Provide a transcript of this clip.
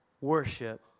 worship